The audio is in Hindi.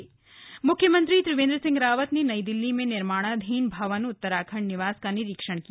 उत्तराखंड निवास म्ख्यमंत्री त्रिवेन्द्र सिंह रावत ने नई दिल्ली में निर्माणाधीन भवन उत्तराखण्ड निवास का निरीक्षण किया